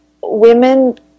women –